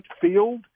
field